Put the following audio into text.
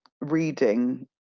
reading